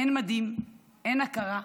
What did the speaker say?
אין מדים, אין הכרה,